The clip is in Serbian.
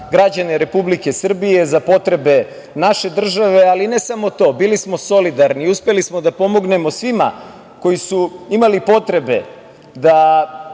građane Republike Srbije, za potrebe naše države, ali ne samo to, bili smo solidarni. Uspeli smo da pomognemo svima koji su imali potrebe da